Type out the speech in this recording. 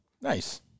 Nice